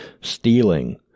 stealing